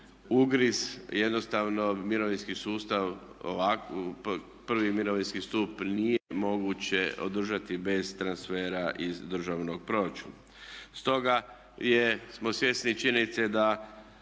ugriz. Jednostavno mirovinski sustav, prvi mirovinski stup nije moguće održati bez transfera iz državnog proračuna. Stoga smo svjesni činjenice da